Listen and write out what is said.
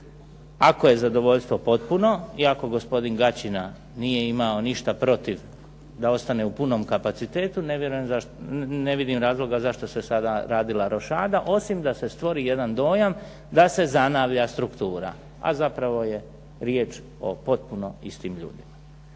Ako je zadovoljstvo potpuno i ako gospodin Gačina nije imao ništa protiv da ostane u punom kapacitetu ne vidim razloga zašto se sada radila rošada osim da se stvori jedan dojam da se zanavlja struktura, a zapravo je riječ o potpuno istim ljudima.